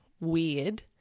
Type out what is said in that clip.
weird